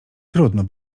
trudno